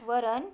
वरण